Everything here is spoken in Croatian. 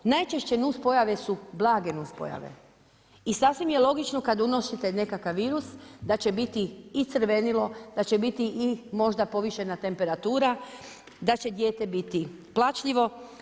Najčešće nuspojave su blage nuspojave i sasvim je logično kad unosite nekakav virus da će biti i crvenilo, da će biti i možda povišena temperatura, da će dijete biti plačljivo.